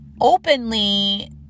openly